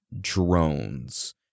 drones